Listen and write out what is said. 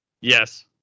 yes